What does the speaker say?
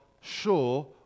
sure